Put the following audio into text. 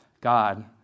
God